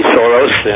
Soros